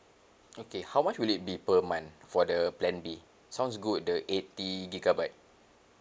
okay how much will it be per month for the plan B sounds good the eighty gigabyte